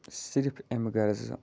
صِرف اَمہِ غرضہٕ